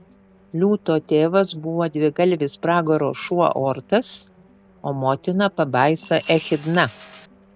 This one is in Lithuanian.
liūto tėvas buvo dvigalvis pragaro šuo ortas o motina pabaisa echidna